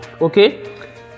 Okay